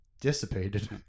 dissipated